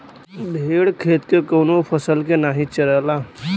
भेड़ खेत के कवनो फसल के नाही चरला